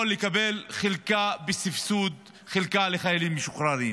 לקבל חלקה בסבסוד חלקה לחיילים משוחררים.